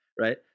Right